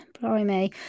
blimey